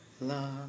Love